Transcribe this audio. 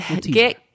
get